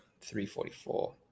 344